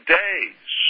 days